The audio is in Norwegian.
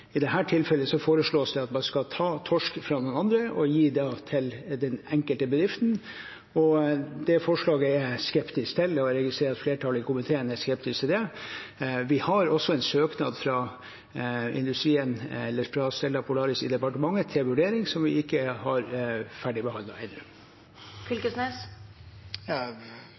I dette tilfellet foreslås det at man skal ta torsk fra noen og gi det til den enkelte bedriften, og det forslaget er jeg skeptisk til. Jeg registrerer at flertallet i komiteen er skeptisk til det. Vi har også en søknad fra Stella Polaris i departementet til vurdering som vi ikke har